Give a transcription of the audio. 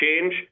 change